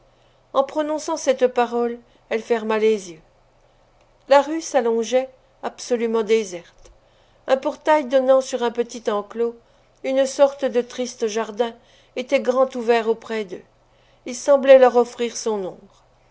en prononçant cette parole elle ferma les yeux la rue s'allongeait absolument déserte un portail donnant sur un petit enclos une sorte de triste jardin était grand ouvert auprès d'eux il semblait leur offrir son ombre